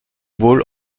ball